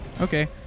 okay